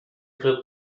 grip